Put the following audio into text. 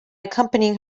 accompanying